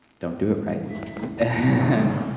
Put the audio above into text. don't do it right and